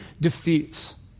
defeats